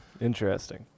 interesting